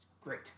Great